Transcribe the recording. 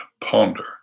ponder